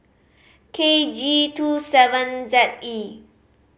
K G Two seven Z E